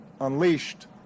unleashed